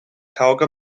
taŭga